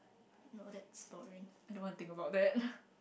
you know that story I don't want to think about that